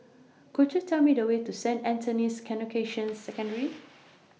Could YOU Tell Me The Way to Saint Anthony's Canossian Secondary